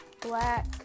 black